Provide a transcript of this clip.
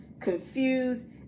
confused